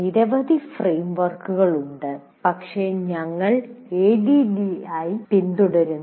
നിരവധി ഫ്രെയിംവർക്കുകൾ ഉണ്ട് പക്ഷേ ഞങ്ങൾ ADDIE പിന്തുടരുന്നു